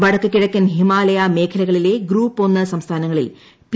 വടക്കു കിഴക്കൻ ഹിമാലയ മേഖലകളിലെ ഗ്രൂപ്പ് ഒന്ന് സംസ്ഥാനങ്ങളിൽ പി